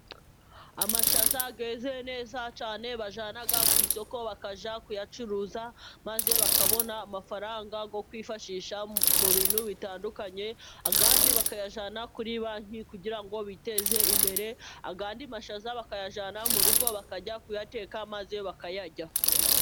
Amashaza yeze neza cyane bajyana ku isoko bakajya kuyacuruza, maze bakabona amafaranga yo kwifashisha mu bintu bitandukanye, ayandi bakayajyana kuri banki kugira ngo biteze imbere, ayandi mashaza bakayajyana mu rugo bakajya kuyateka maze bakayarya.